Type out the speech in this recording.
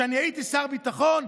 "כשאני הייתי שר ביטחון,